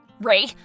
Ray